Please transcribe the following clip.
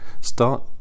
start